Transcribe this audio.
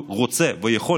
הוא רוצה ויכול,